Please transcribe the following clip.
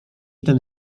ten